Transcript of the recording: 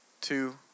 two